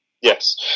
Yes